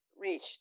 reach